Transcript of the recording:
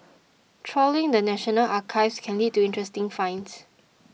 trawling the National Archives can lead to interesting finds